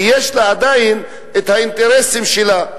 כי יש לה עדיין האינטרסים שלה,